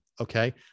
Okay